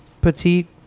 petite